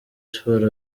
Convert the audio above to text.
sports